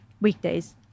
weekdays